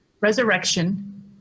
resurrection